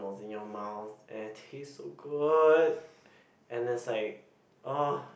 was in your mouth and it tastes so good and it's like ah